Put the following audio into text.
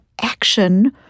action